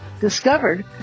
discovered